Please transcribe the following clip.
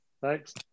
Thanks